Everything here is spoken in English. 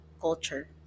culture